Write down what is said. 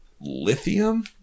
Lithium